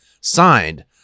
Signed